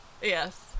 Yes